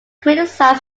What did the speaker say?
criticised